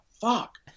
fuck